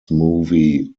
movie